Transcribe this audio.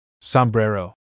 sombrero